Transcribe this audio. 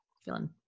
Feeling